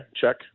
check